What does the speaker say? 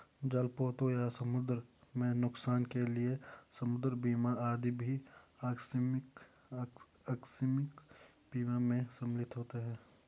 जलपोतों या समुद्र में नुकसान के लिए समुद्र बीमा आदि भी आकस्मिक बीमा में शामिल होते हैं